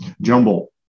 jumble